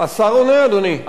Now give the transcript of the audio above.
השר עונה, אדוני?